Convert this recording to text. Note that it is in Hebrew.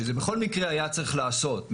שזה בכל מקרה היה צריך לעשות.